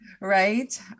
Right